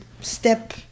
step